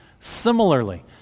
similarly